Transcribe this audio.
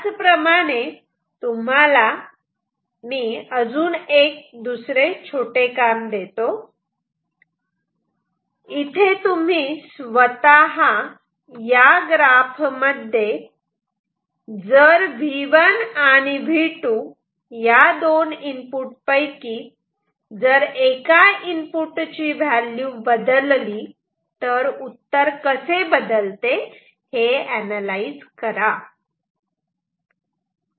त्याचप्रमाणे तुम्हाला अजून एक दुसरे छोटे काम देतो इथे तुम्ही स्वतः या ग्राफ मध्ये जर V1 आणि V2 या दोन इनपुट पैकी जर एका इनपुट ची व्हॅल्यू बदलली तर उत्तर कसे बदलते हे अनालाइज करा